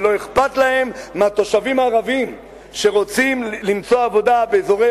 שלא אכפת להם מהתושבים הערבים שרוצים למצוא עבודה באזורי